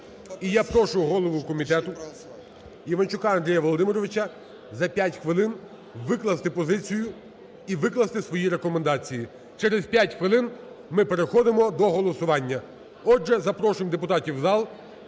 І я прошу голову комітету Іванчука Андрія Володимировича за 5 хвилин викласти позицію і викласти свої рекомендації. Через 5 хвилин ми переходимо до голосування. Отже, запрошуємо депутатів у зал.